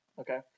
okay